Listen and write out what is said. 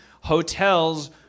Hotels